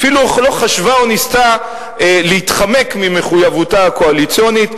אפילו לא חשבה או ניסתה להתחמק ממחויבותה הקואליציונית,